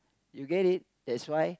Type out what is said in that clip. you get it that's why